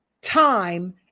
time